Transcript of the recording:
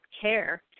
care